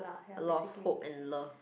a lot hope and love